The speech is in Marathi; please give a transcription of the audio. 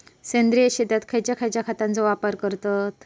सेंद्रिय शेतात खयच्या खयच्या खतांचो वापर करतत?